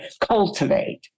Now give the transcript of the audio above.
cultivate